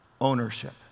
ownership